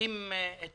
מבטלים את